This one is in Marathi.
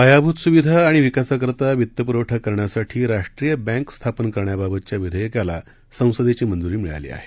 पायाभूत सुविधा आणि विकासाकरता वित्त पुरवठा करण्यासाठी राष्ट्रीय बँक स्थापन करण्याबाबतच्या विधेयकाला संसंदेची मंजूरी मिळाली आहे